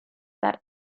that